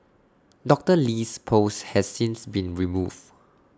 Doctor Lee's post has since been removes